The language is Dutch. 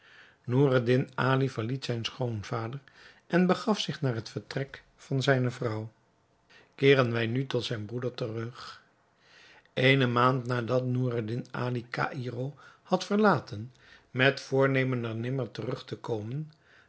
noureddin ali verliet zijn schoonvader en begaf zich naar het vertrek van zijne vrouw keeren wij nu tot zijn broeder terug eene maand nadat noureddin ali caïro had verlaten met voornemen er nimmer terug te komen